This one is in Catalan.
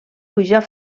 pujar